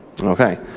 Okay